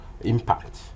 impact